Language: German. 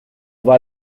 war